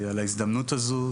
על ההזדמנות הזו,